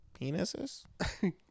penises